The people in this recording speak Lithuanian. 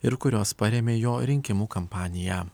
ir kurios parėmė jo rinkimų kampaniją